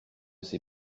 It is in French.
ses